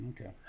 Okay